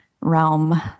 realm